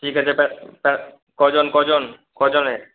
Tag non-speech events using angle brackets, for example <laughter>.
ঠিক আছে <unintelligible> কজন কজন কজনের